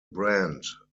brand